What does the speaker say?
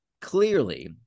clearly